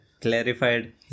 Clarified